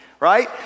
right